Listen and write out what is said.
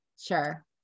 Sure